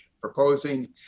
proposing